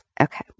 Okay